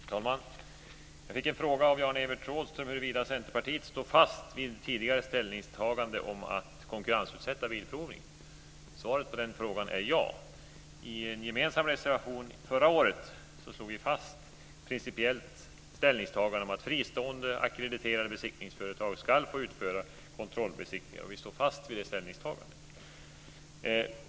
Herr talman! Jag fick en fråga av Jan-Evert Rådhström huruvida Centerpartiet står fast vid ett tidigare ställningstagande om att konkurrensutsätta bilprovningen. Svaret på den frågan är ja. I en gemensam reservation förra året gjorde vi ett principiellt ställningstagande om att fristående ackrediterade besiktningsföretag ska få utföra kontrollbesiktningar, och vi står fast vid detta ställningstagande.